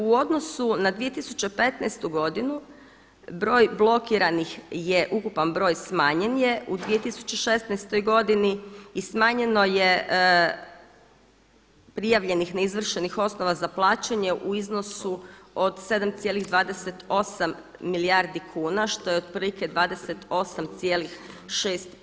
U odnosu na 2015. godinu broj blokiranih je, ukupan broj smanjen je u 2016. godini i smanjeno je prijavljenih neizvršenih osnova za plaćanje u iznosu od 7,28 milijardi kuna što je otprilike 28,6%